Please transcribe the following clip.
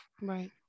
Right